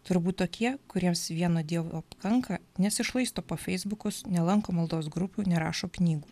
turbūt tokie kuriems vieno dievo pakanka nesišlaisto po feisbukus nelanko maldos grupių nerašo knygų